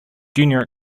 junior